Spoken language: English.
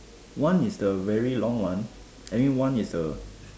one is the very long one I think one is the